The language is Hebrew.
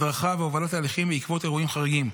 הדרכה והובלת תהליכים בעקבות אירועים חריגים,